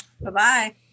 Bye-bye